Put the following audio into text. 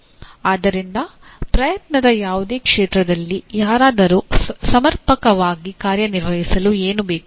ಆದ್ದರಿಂದ ಪ್ರಯತ್ನದ ಯಾವುದೇ ಕ್ಷೇತ್ರದಲ್ಲಿ ಯಾರಾದರೂ ಸಮರ್ಪಕವಾಗಿ ಕಾರ್ಯನಿರ್ವಹಿಸಲು ಏನು ಬೇಕು